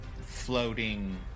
floating